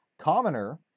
Commoner